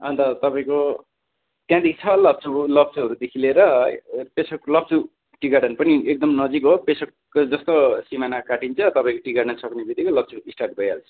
अन्त तपाईँको त्याँदेखि छ लप्चूको लप्चूहरूदेखि लिएर पेसोक लप्चू टी गार्डन पनि एकदम नजिक हो पेसोक जो जस्तो सिमाना काटिन्छ तपाईँको टी गार्डन सक्ने बितिकै लप्चू स्टार्ट भइहाल्छ